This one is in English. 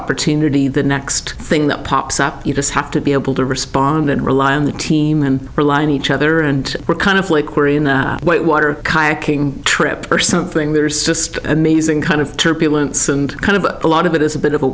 opportunity the next thing that pops up you just have to be able to respond and rely on the team and rely on each other and we're kind of like we're in the whitewater kayaking trip or something there's just amazing kind of turbulence and kind of a lot of it is a bit of a